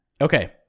Okay